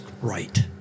right